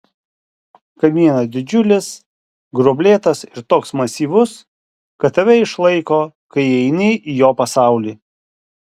kamienas didžiulis gruoblėtas ir toks masyvus kad tave išlaiko kai įeini į jo pasaulį